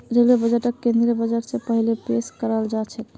railway बजटक केंद्रीय budget स पहिले पेश कराल जाछेक